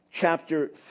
chapter